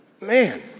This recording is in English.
man